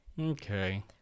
okay